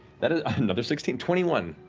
that is another sixteen. twenty one.